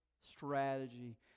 strategy